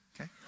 okay